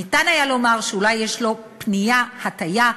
ניתן היה לומר שאולי יש לו פנייה, הטיה,